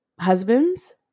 husbands